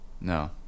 No